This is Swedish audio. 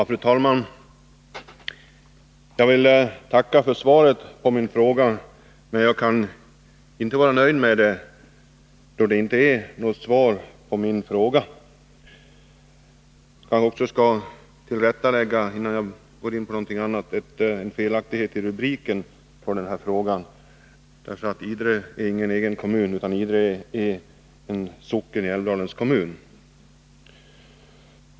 Fru talman! Jag vill tacka för svaret. Emellertid kan jag inte vara nöjd med detsamma, eftersom det inte är något svar på min fråga. Innan jag går in på annat vill jag göra ett tillrättaläggande beträffande rubriken på denna fråga. Idre kommun är nämligen ingen egen kommun utan en socken i Älvdalens kommun.